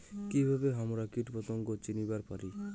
কিভাবে হামরা কীটপতঙ্গ চিনিবার পারি?